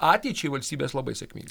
ateičiai valstybės labai sėkminga